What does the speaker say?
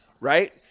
right